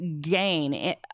gain